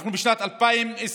אנחנו בשנת 2020,